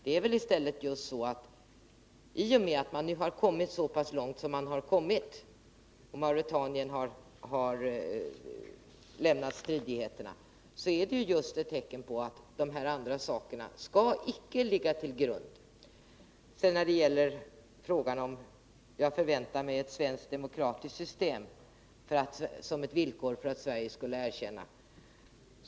I stället är det så, att i och med att man nu har kommit så pass långt som man gjort och Mauretanien har lämnat stridigheterna, är just detta ett tecken på att sådana saker som nämndes här icke skall ligga till grund för ställningstagandena. Hans Petersson frågade om jag som ett villkor för ett svenskt erkännande förväntade mig att det i det här området skulle råda ett svenskt demokratiskt system.